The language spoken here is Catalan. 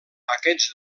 aquests